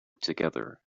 together